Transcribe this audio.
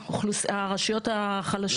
לרעת הרשויות החדשות.